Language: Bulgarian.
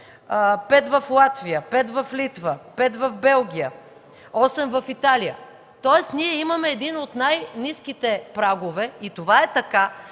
пет в Латвия, пет в Литва, пет в Белгия, осем в Италия. Тоест ние имаме един от най-ниските прагове и това е така,